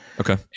Okay